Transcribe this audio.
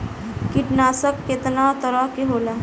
कीटनाशक केतना तरह के होला?